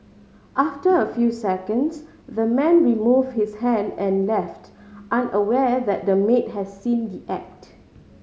after a few seconds the man removed his hand and left unaware that the maid had seen the act